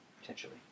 potentially